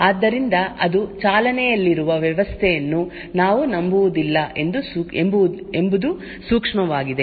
ಆದ್ದರಿಂದ ಅದು ಚಾಲನೆಯಲ್ಲಿರುವ ವ್ಯವಸ್ಥೆಯನ್ನು ನಾವು ನಂಬುವುದಿಲ್ಲ ಎಂಬುದು ಸೂಕ್ಷ್ಮವಾಗಿದೆ